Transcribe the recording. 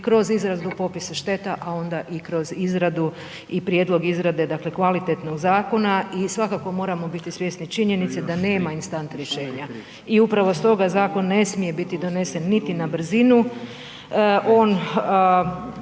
kroz izradu popisa šteta, a onda i kroz izradu i prijedlog izrade, dakle, kvalitetnog zakona i svakako moramo biti svjesni činjenice da nema instant rješenja. I upravo stoga zakon ne smije biti zakon donesen niti na brzinu, on